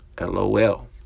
LOL